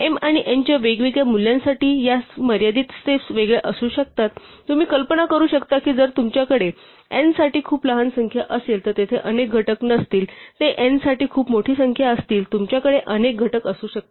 m आणि n च्या वेगवेगळ्या मूल्यांसाठी या मर्यादित स्टेप्स वेगळ्या असू शकतात तुम्ही कल्पना करू शकता की जर तुमच्याकडे n साठी खूप लहान संख्या असेल तर तेथे अनेक घटक नसतील ते n साठी खूप मोठी संख्या असतील तुमच्याकडे अनेक घटक असू शकतात